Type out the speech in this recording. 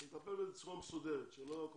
נטפל בזה בצורה מסודרת ושלא יהיה מצב